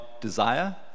desire